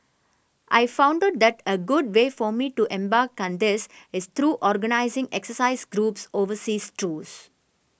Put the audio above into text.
I found out that a good way for me to embark on this is through organising exercise groups overseas tours